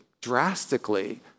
drastically